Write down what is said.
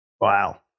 Wow